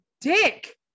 dick